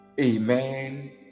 Amen